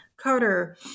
Carter